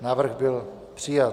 Návrh byl přijat.